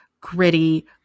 gritty